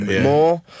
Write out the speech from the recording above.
more